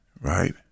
right